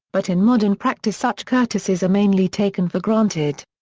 but in modern practice such courtesies are mainly taken for granted.